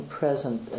present